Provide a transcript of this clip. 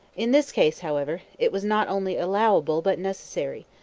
in this case, however, it was not only allowable but necessary,